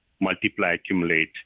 multiply-accumulate